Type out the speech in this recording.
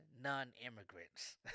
non-immigrants